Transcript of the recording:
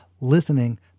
Listening